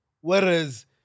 whereas